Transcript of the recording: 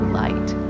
light